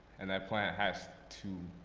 and that plant has to